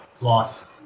Loss